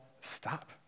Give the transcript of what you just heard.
stop